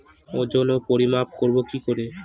ওজন ও পরিমাপ করব কি করে?